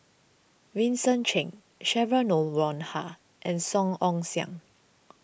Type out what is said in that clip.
Vincent Cheng Cheryl Noronha and Song Ong Siang